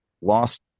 lost